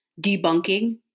debunking